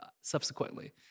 subsequently